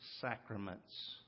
sacraments